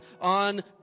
on